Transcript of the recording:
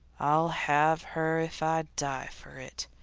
i'll have her if i die for it,